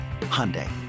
Hyundai